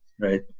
right